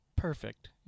Perfect